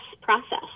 process